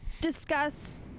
discuss